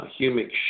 humic